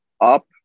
up